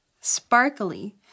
sparkly